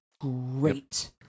great